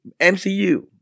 MCU